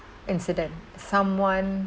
incident someone